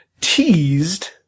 teased